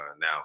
now